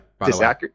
disaccurate